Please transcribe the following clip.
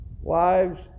Wives